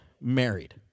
married